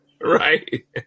Right